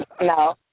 No